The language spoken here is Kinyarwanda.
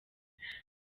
mibare